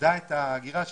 עודדה את ההגירה שלהם.